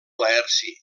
laerci